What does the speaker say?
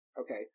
okay